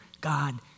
God